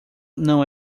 não